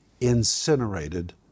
incinerated